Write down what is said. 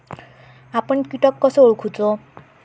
आपन कीटक कसो ओळखूचो?